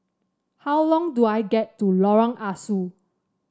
how long do I get to Lorong Ah Soo